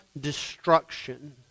destruction